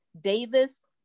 Davis